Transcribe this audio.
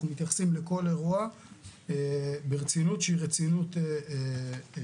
אנחנו מתייחסים לכל אירוע ברצינות שהיא רצינות גמורה.